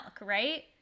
Right